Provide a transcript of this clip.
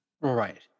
Right